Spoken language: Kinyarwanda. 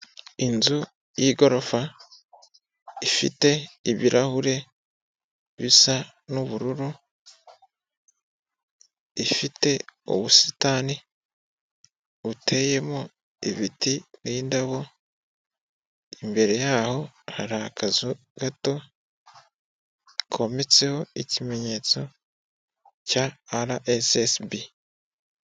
Inzu y'igorofa, ifite ibirahuri bisa n'ubururu, ifite ubusitani buteyemo ibiti n'indabo, imbere yaho hari akazu gato kometseho ikimenyetso cya Ara Esesibi.